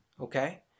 okay